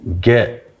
get